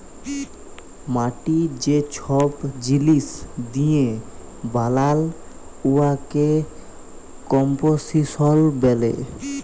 মাটি যে ছব জিলিস দিঁয়ে বালাল উয়াকে কম্পসিশল ব্যলে